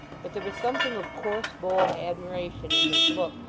but there was something of coarse bold admiration in his look,